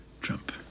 Trump